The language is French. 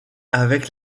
avec